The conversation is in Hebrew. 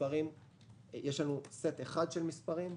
יש לנו סט אחד של מספרים.